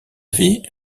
vie